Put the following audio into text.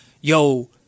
yo